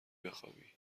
بخوابی